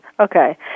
Okay